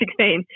2016